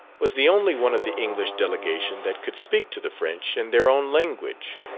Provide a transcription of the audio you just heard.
was the only one of the english delegation that could speak to the french in their own language.